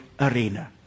arena